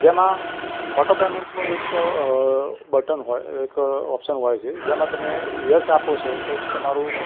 જેમાં ઑટો પેમૅન્ટનું એક બટન હોય એક ઑપ્શન હોય છે જેમાં તમે યસ આપો છો તો તમારું